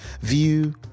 view